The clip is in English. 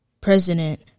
president